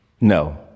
No